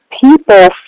People